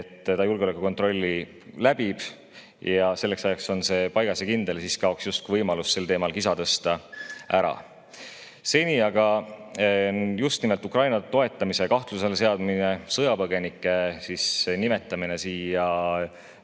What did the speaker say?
et ta julgeolekukontrolli läbib. Selleks ajaks on see paigas ja kindel, siis kaoks justkui võimalus sel teemal kisa tõsta ära. Seni aga just nimelt Ukraina toetamise kahtluse alla seadmine, sõjapõgenike nimetamine siia